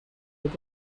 with